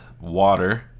water